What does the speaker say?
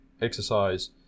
exercise